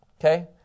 Okay